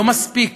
לא מספיק.